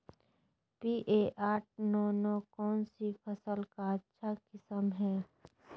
P एक आठ नौ नौ कौन सी फसल का अच्छा किस्म हैं?